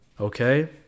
okay